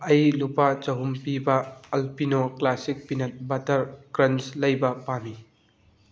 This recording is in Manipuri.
ꯑꯩ ꯂꯨꯄꯥ ꯆꯍꯨꯝ ꯄꯤꯕ Alpino classic peanut butter crunch ꯂꯩꯕ ꯄꯥꯝꯃꯤ